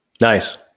Nice